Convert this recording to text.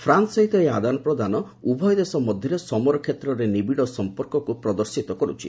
France ସହିତ ଏହି ଆଦାନ ପ୍ରଦାନ ଉଭୟ ଦେଶ ମଧ୍ୟରେ ସମର କ୍ଷେତ୍ରରେ ନିବିଡ଼ ସମ୍ପର୍କକୁ ପ୍ରଦର୍ଶିତ କରୁଛି